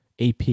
AP